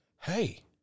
Hey